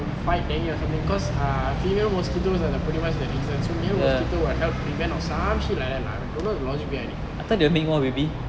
fight dengue or something cause err female mosquitoes are the pretty much the reasons so male mosquitoes will help prevent or some shit like that lah I don't know the logic behind it